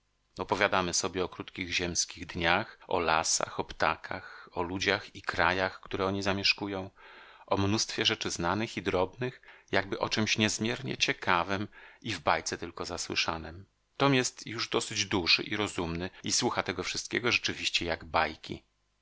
opowiadamy sobie o krótkich ziemskich dniach o lasach o ptakach o ludziach i krajach które oni zamieszkują o mnóstwie rzeczy znanych i drobnych jakby o czemś niezmiernie ciekawem i w bajce tylko zasłyszanem tom jest już dosyć duży i rozumny i słucha tego wszystkiego rzeczywiście jak bajki